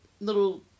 little